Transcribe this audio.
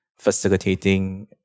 facilitating